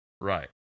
Right